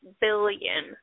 billion